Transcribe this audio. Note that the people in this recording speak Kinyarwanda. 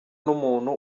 n’umuntu